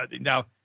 now